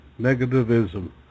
negativism